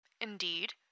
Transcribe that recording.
Indeed